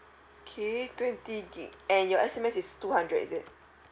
okay twenty gig and your S_M_S is two hundred is it